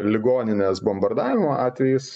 ligoninės bombardavimo atvejis